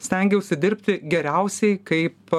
stengiausi dirbti geriausiai kaip